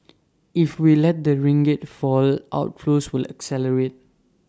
if we lets the ringgit fall outflows will accelerate